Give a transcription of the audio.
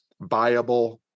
viable